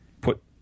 put